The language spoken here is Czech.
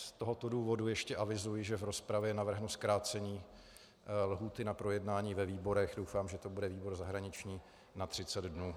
Z tohoto důvodu ještě avizuji, že v rozpravě navrhnu zkrácení lhůty na projednání ve výborech, doufám, že to bude výbor zahraniční, na 30 dnů.